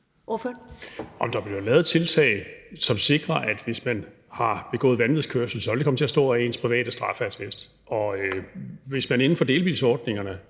(S): Der bliver lavet tiltag, som sikrer, at hvis man har kørt vanvidskørsel, vil det komme til at stå på ens straffeattest. Og hvis de inden for delebilsordningerne